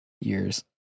years